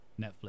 netflix